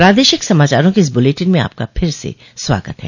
प्रादेशिक समाचारों के इस बुलेटिन में आपका फिर से स्वागत है